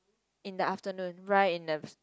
in the afternoon right in the